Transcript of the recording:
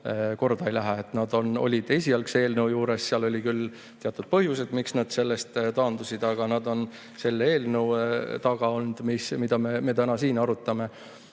korda ei lähe. Nad olid esialgse eelnõu juures. Olid küll teatud põhjused, miks nad sellest taandusid, aga nad on olnud selle eelnõu taga, mida me täna siin arutame. See,